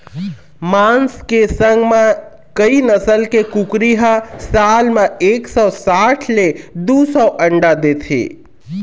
मांस के संग म कइ नसल के कुकरी ह साल म एक सौ साठ ले दू सौ अंडा देथे